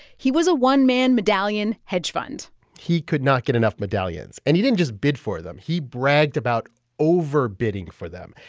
he was a one-man medallion hedge fund he could not get enough medallions. and he didn't just bid for them he bragged about over-bidding for them.